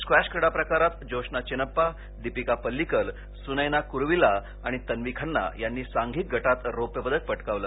squash क्रीडाप्रकारात जोशना चिनप्पा दीपिका पल्लीकल सुनयना कुरीविल्ला आणि तन्वी खन्ना यांनी सांधिक गटात रौप्य पदक पटकावलं